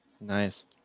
Nice